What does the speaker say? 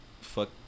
fuck